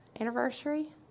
anniversary